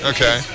Okay